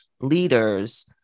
leaders